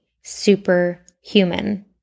superhuman